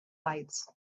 lights